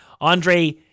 Andre